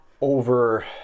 over